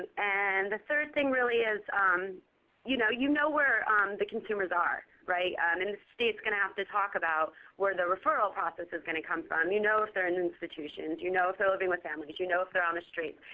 and the third thing really is um you know you know where the consumers are. and um the state is going to have to talk about where the referral process is going to come from. you know if they're in institutions, you know if they're living with families, you know if they're on the street.